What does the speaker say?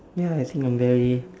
ya I think I'm very